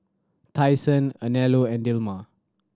Tai Sun Anello and Dilmah